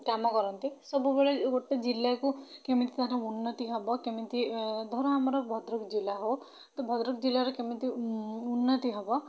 କାମ କରନ୍ତି ସବୁବେଳେ ଗୋଟେ ଜିଲ୍ଲାକୁ କେମିତି ତା'ର ଉନ୍ନତି ହେବ କେମିତି ଧର ଆମର ଭଦ୍ରକ ଜିଲ୍ଲା ହେଉ ତ ଭଦ୍ରକ ଜିଲ୍ଲାରେ କେମିତି ଉନ୍ନତି ହେବ